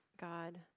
God